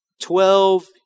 Twelve